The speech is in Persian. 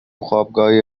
خوابگاهی